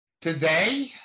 Today